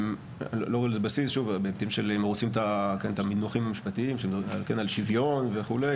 אם רוצים את המינוחים המשפטיים שמדברים על שוויון וכו',